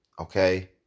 Okay